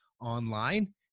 online